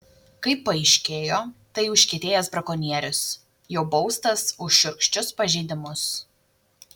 kaip paaiškėjo tai užkietėjęs brakonierius jau baustas už šiurkščius pažeidimus